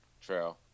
True